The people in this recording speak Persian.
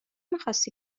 میخاستی